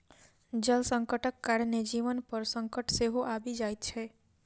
जल संकटक कारणेँ जीवन पर संकट सेहो आबि जाइत छै